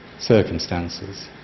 circumstances